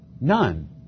None